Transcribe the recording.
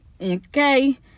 okay